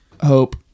hope